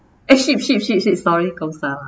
eh sheep sheep sheep sheep sorry goats not